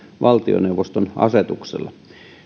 valtioneuvoston asetuksella